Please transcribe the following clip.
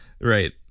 Right